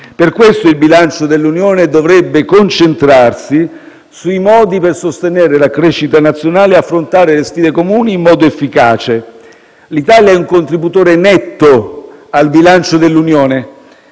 Per questo, il bilancio dell'Unione dovrebbe concentrarsi sui modi per sostenere la crescita nazionale e affrontare le sfide comuni in modo efficace. L'Italia è un contributore netto al bilancio dell'Unione.